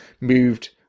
moved